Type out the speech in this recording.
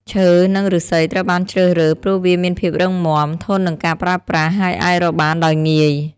ឈើនិងឫស្សីត្រូវបានជ្រើសរើស ព្រោះវាមានភាពរឹងមាំ ធន់នឹងការប្រើប្រាស់ ហើយអាចរកបានដោយងាយ។